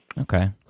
Okay